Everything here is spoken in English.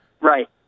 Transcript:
Right